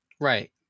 Right